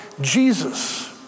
Jesus